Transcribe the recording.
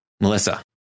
melissa